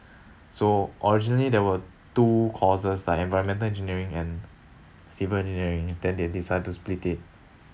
so originally there were two courses like environmental engineering and civil engineering then they decided to split it